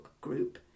group